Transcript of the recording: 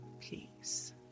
peace